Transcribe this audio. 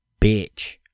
Bitch